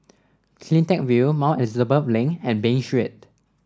CleanTech View Mount Elizabeth Link and Bain Street